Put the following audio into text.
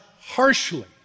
harshly